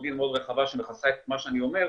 מודיעין מאוד רחבה שמכסה את מה שאני אומר,